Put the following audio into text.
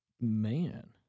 Man